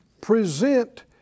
Present